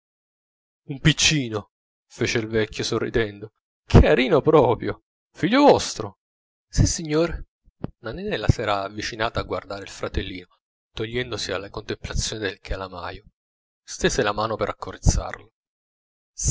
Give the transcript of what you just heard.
un piccino fece il vecchio sorridendo carino proprio figlio vostro sissignore nanninella s'era avvicinata a guardare il fratellino togliendosi alle contemplazioni del calamaio stese la mano per